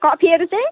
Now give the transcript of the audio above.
कफीहरू चाहिँ